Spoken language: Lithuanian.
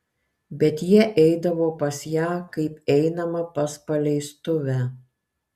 bet jie eidavo pas ją kaip einama pas paleistuvę